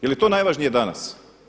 Je li to najvažnije danas?